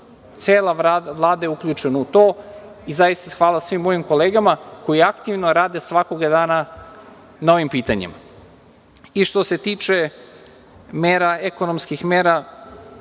Cela Vlada je uključena u to i hvala svim mojim kolegama koje aktivno rade svakog dana na ovim pitanjima. Što se tiče ekonomskih mera,